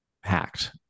hacked